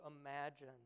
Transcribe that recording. imagine